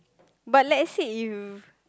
but let say if